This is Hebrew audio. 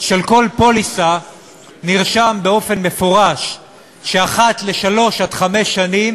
של כל פוליסה נרשם באופן מפורש שאחת לשלוש עד חמש שנים